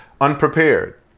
unprepared